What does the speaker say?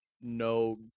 no